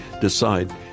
decide